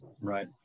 right